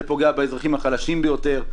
זה פוגע באזרחים החלשים ביותר,